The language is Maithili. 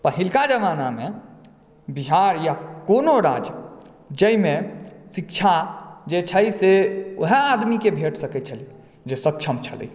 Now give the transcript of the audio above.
पहिलुका जमाना मे बिहार या कोनो राज्य जाहिमे शिक्षा जे छै से ओहा आदमी के भेट सकै छलै जे सक्षम छलै